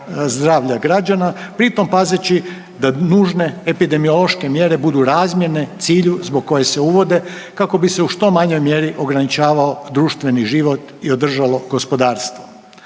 zdravlja građana pritom pazeći da nužne epidemiološke mjere budu razmjerne cilju zbog kojih se uvode kako bi se u što manjoj mjeri ograničavao društveni život i održalo gospodarstvo.